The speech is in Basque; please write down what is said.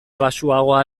baxuagoa